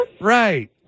Right